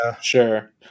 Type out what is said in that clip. sure